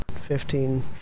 fifteen